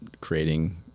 creating